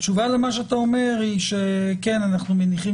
התשובה למה שאתה אומר היא שאנחנו מניחים